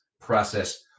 process